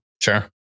sure